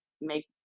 make